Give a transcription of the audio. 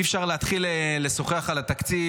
אי-אפשר להתחיל לשוחח על התקציב,